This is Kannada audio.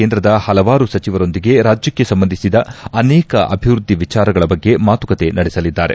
ಕೇಂದ್ರದ ಪಲವಾರು ಸಚಿವರೊಂದಿಗೆ ರಾಜ್ಯಕ್ಷೆ ಸಂಬಂಧಿಸಿದ ಅನೇಕ ಅಭಿವೃದ್ದಿ ವಿಚಾರಗಳ ಬಗ್ಗೆ ಮಾತುಕತೆ ನಡೆಸಲಿದ್ದಾರೆ